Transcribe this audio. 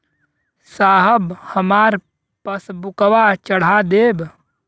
साहब हमार पासबुकवा चढ़ा देब?